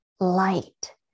light